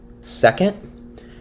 second